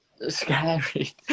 scary